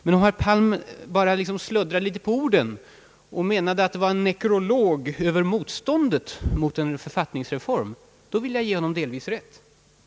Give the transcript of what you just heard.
Men om herr Palm kanske bara snubblade på orden och i stället menade att det var en nekrolog över motståndet mot en författningsreform, så vill jag ge honom delvis rätt.